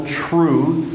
truth